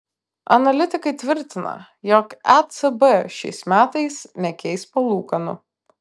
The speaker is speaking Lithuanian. analitikai tvirtina jog ecb šiais metais nekeis palūkanų